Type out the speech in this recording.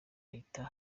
ahita